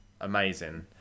amazing